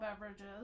beverages